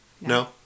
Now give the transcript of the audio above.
no